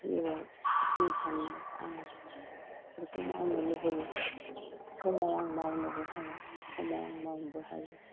जिउआव जि साननाय आं बेफोरखौ मावनो लुबैयो समाव आं मावनोबो हाया समाव आं मावनोबो हायो